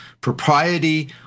propriety